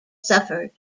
suffered